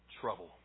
trouble